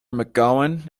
mcgowan